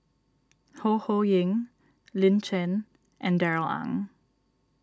Ho Ho Ying Lin Chen and Darrell Ang